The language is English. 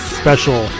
special